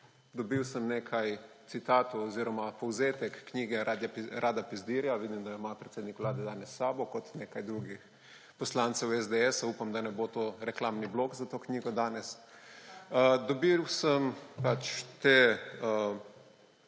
Dobil sem nekaj citatov oziroma povzetek knjige Rada Pezdirja. Vidim, da jo ima predsednik Vlade danes sabo, kot nekaj drugih poslancev SDS. Upam, da ne bo to reklamni blok za to knjigo danes. Dobil sem pač te